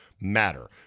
matter